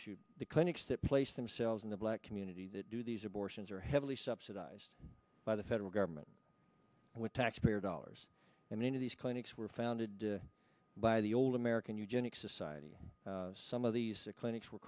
issues the clinics that place themselves in the black community that do these abortions are heavily subsidized by the federal government with taxpayer dollars and then of these clinics were founded by the old american eugenics society some of these clinics were